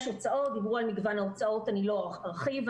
יש הוצאות, דיברו על מגוון ההוצאות, לא ארחיב.